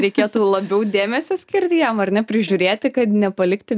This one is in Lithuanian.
reikėtų labiau dėmesio skirti jiem ar ne prižiūrėti kad nepalikti